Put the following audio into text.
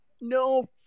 No